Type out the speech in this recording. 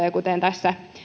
ja kuten tässä